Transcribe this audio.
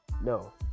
No